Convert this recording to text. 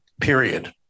Period